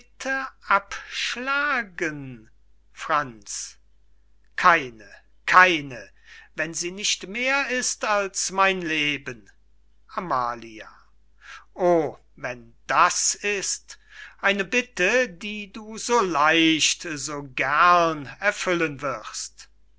abschlagen franz keine keine wenn sie nicht mehr ist als mein leben amalia o wenn das ist eine bitte die du so leicht so gern erfüllen wirst